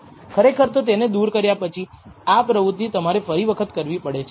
ખરેખર તો તેને દૂર કર્યા પછી આ પ્રવૃત્તિ તમારે ફરી વખત કરવી પડે છે